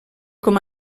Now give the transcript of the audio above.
com